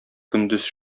көндез